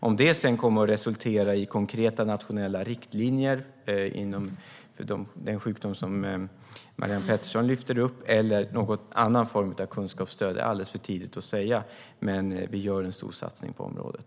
Om det sedan kommer att resultera i konkreta nationella riktlinjer inom den sjukdom som Marianne Pettersson lyfter upp eller någon annan form av kunskapsstöd är alldeles för tidigt att säga. Men vi gör en stor satsning på området.